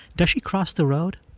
does she cross the road?